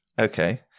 Okay